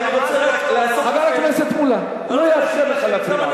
חבר הכנסת מולה, לא אאפשר לך להפריע.